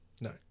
No